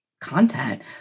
content